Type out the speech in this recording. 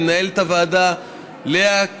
למנהלת הוועדה לאה קריכלי,